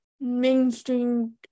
mainstream